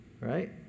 right